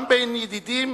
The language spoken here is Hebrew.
גם בין ידידים